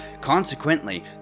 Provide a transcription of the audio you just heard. Consequently